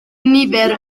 nifer